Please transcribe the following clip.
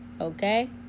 Okay